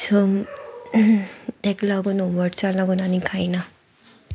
so ताका लागून हो वर्ड्स लागून आनी कायना